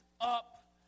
up